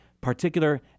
particular